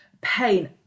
Pain